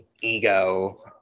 ego